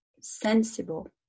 sensible